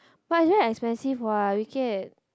but is very expensive what Wicked